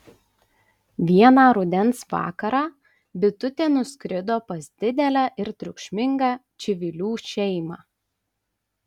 vieną rudens vakarą bitutė nuskrido pas didelę ir triukšmingą čivilių šeimą